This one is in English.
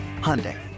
Hyundai